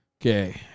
Okay